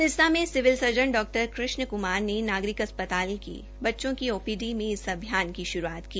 सिरसा में civil surgeon डा कृष्ण क्रार ने नागरिक अस्प्ताल की बच्चों की ओपीडी में इस अभियान की शुरूआत की